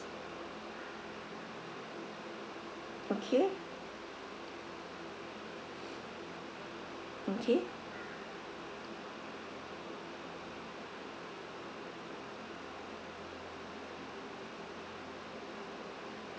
okay okay